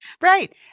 Right